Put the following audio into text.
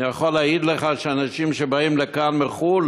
אני יכול להעיד לך שאנשים שבאים לכאן מחו"ל